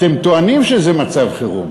אתם טוענים שזה מצב חירום,